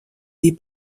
des